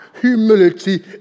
humility